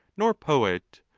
nor poet,